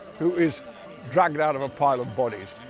who is dragged out of a pile of bodies.